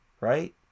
Right